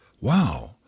Wow